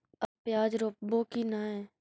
अबर प्याज रोप्बो की नय?